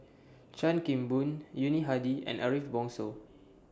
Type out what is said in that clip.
Chan Kim Boon Yuni Hadi and Ariff Bongso